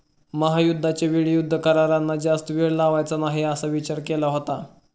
महायुद्धाच्या वेळी युद्ध करारांना जास्त वेळ लावायचा नाही असा विचार केला होता